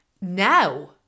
now